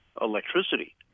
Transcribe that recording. electricity